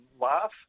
laugh